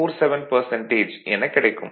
47 எனக் கிடைக்கும்